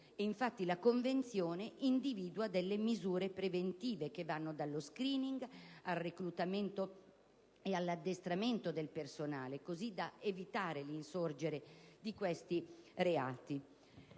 Infatti, la Convenzione individua delle misure preventive, che vanno dallo *screening* al reclutamento e all'addestramento del personale, così da evitare l'insorgere di questi reati.